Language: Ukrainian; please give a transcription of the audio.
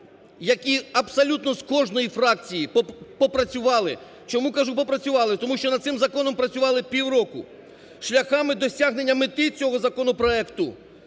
які абсолютно з кожної фракції, попрацювали. Чому, кажу, попрацювали? Тому що над цим законом працювали півроку. Шляхам досягнення мети цього законопроекту